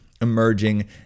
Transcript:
emerging